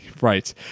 right